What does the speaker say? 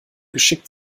geschickt